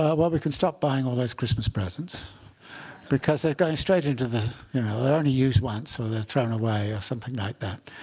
ah well, we can stop buying all those christmas presents because they're going straight into the you know they're only used once. or they're thrown away or something like that.